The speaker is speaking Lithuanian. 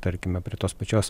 tarkime prie tos pačios